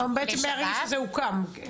בעצם מהרגע שזה הוקם?